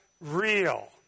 real